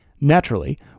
Naturally